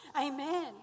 Amen